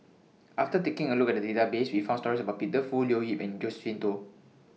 after taking A Look At The Database We found stories about Peter Fu Leo Yip and Josephine Teo